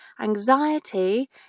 Anxiety